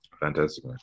Fantastic